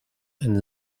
and